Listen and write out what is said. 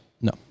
No